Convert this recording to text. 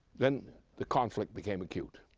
then the conflict became acute.